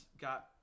got